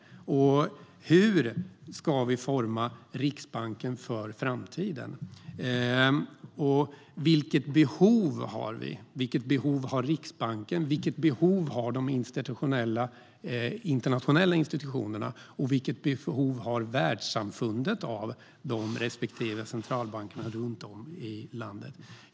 Hur ska vi forma Riksbanken för framtiden? Vilket behov har vi, Riksbanken, de internationella institutionerna och världssamfundet av de respektive centralbankerna runt om i världen?